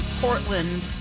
Portland